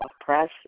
press